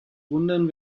wundern